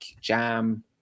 jam